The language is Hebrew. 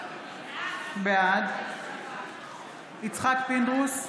בעד יצחק פינדרוס,